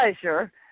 pleasure